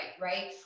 right